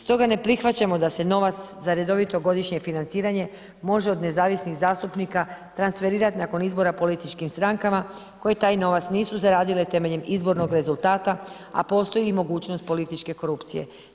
Stoga ne prihvaćamo da se novac za redovito godišnje financiranje može od nezavisnih zastupnika transferirati nakon izbora političkim strankama, koje taj novac nisu zaradile temeljem izbornog rezultata, a postoji i mogućnost političke korupcije.